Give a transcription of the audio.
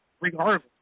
regardless